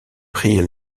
prix